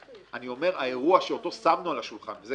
אני אומר האירוע שאותו שמנו על השולחן וזה